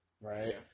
right